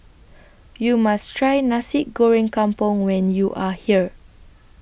YOU must Try Nasi Goreng Kampung when YOU Are here